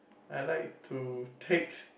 I like to take